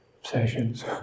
obsessions